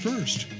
First